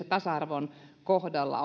tasa arvon kohdalla